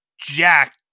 Jack